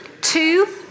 Two